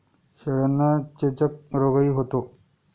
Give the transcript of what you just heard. शेळ्यांना चेचक रोगही होतो